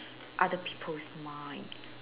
other people's mind